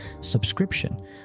subscription